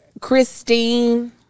Christine